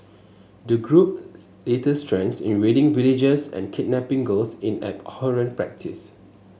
the group's latest trend in raiding villages and kidnapping girls in an abhorrent practice